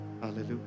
Hallelujah